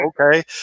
okay